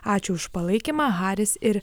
ačiū už palaikymą haris ir